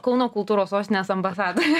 kauno kultūros sostinės ambasadorė